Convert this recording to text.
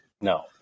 No